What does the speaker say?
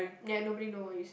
ya and nobody know what you said